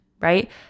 right